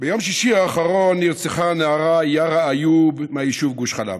ביום שישי האחרון נרצחה הנערה יארא איוב מהיישוב גוש חלב,